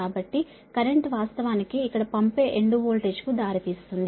కాబట్టి కరెంట్ వాస్తవానికి ఇక్కడ పంపే ఎండ్ వోల్టేజ్కు దారితీస్తుంది